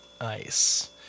ice